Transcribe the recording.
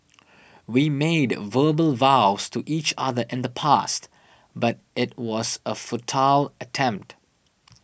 we made verbal vows to each other in the past but it was a futile attempt